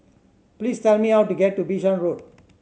please tell me how to get to Bishan Road